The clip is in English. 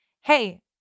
hey